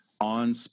on